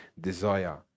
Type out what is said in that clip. desire